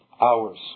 hours